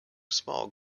small